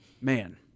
man